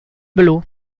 blu